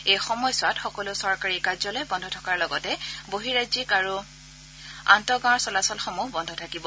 এই সময়ছোৱাত সকলো চৰকাৰী কাৰ্যালয় বন্ধ থকাৰ লগতে বহিঃৰাজ্যিক আৰু আন্তঃগাঁৱৰ চলাচলসমূহ বন্ধ থাকিব